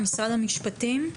משרד המשפטים,